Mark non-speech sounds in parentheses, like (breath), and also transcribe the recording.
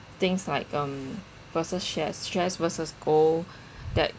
things like um versus stress stress versus goal (breath) that